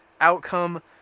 outcome